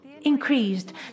increased